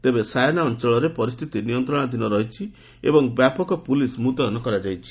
ତେବେ ସାୟାନା ଅଞ୍ଚଳରେ ପରିସ୍ଥିତି ନିୟନ୍ତ୍ରଣାଧୀନ ରହିଛି ଏବଂ ବ୍ୟାପକ ପୁଲିସ୍ ମୁତୟନ କରାଯାଇଛି